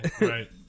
Right